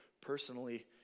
personally